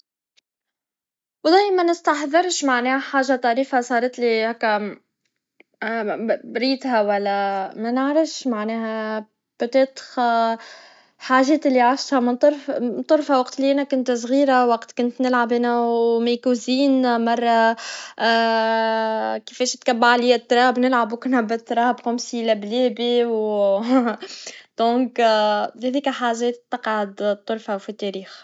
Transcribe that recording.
أكثر شيء طريف شفتو كان لما شفت قطة تحاول تصيد فأر، لكن الفأر كان أسرع منها! القطة وقعت على الأرض، وكلنا ضحكنا. اللحظة كانت عفوية وضحكتنا، وخلتني أفكر كيف الحيوانات تعبر عن نفسها بشكل مضحك. الضحك يرفع المعنويات وينشر الفرح، وهذه اللحظات الطريفة تبقى في الذاكرة.